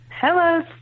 Hello